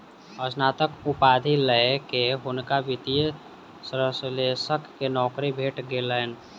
स्नातक उपाधि लय के हुनका वित्तीय विश्लेषक के नौकरी भेट गेलैन